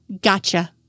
Gotcha